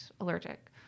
allergic